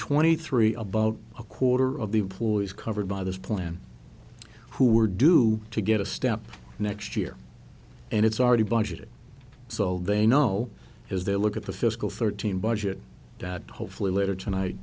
twenty three about a quarter of the employees covered by this plan who are due to get a step next year and it's already budget so all they know is they look at the fiscal thirteen budget dad hopefully later tonight